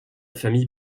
famille